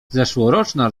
zeszłoroczna